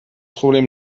problem